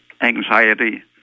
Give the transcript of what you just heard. anxiety